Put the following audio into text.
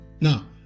Now